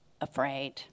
afraid